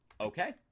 Okay